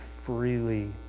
freely